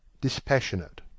dispassionate